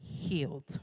healed